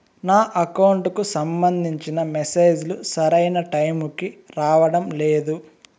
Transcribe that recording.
నా అకౌంట్ కు సంబంధించిన మెసేజ్ లు సరైన టైము కి రావడం లేదు